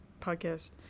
podcast